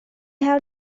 how